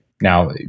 now